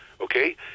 okay